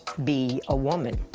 b a woman.